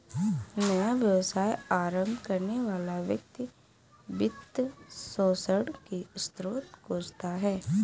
नया व्यवसाय आरंभ करने वाला व्यक्ति वित्त पोषण की स्रोत खोजता है